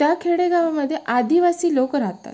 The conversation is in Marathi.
त्या खेडेगावामध्ये आदिवासी लोक राहतात